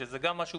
שזה גם דבר מוזר,